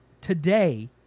today